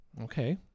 Okay